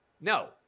No